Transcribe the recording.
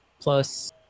Plus